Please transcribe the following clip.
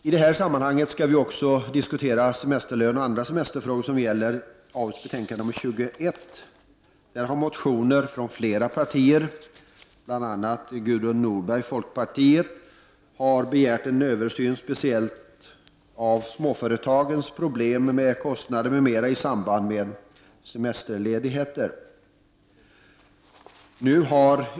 I detta sammanhang skall vi också diskutera semesterlön och andra semesterfrågor som tas upp i arbetsmarknadsutskottets betänkande nr 21. I motioner från flera partier, bl.a. folkpartiet, har begärts en översyn av speciellt småföretagens problem med kostnader m.m. i samband med semesterledigheter.